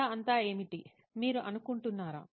కథ అంతా ఏమిటి మీరు అనుకుంటున్నారా